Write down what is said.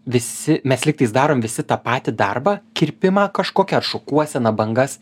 visi mes lygtais darom visi tą patį darbą kirpimą kažkokią ar šukuoseną bangas